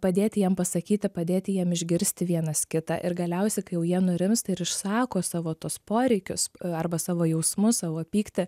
padėti jiem pasakyti padėti jiem išgirsti vienas kitą ir galiausiai kai jau jie nurimsta ir išsako savo tuos poreikius arba savo jausmus savo pyktį